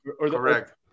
Correct